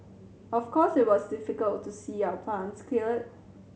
of course it was difficult to see our plants